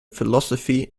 philosophy